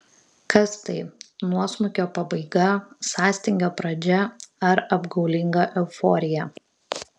kas tai nuosmukio pabaiga sąstingio pradžia ar apgaulinga euforija